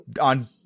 on